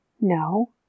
no